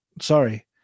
sorry